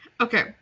Okay